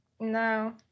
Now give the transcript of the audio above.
no